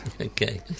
Okay